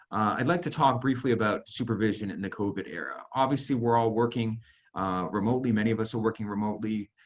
i'd like to talk briefly about supervision in the covid era. obviously we're all working remotely. many of us are working remotely.